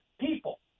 people